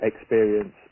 experience